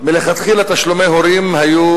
מלכתחילה תשלומי הורים היו